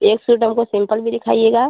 एक सूट हमको सिम्पल में दिखाइएगा